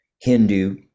Hindu